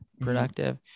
productive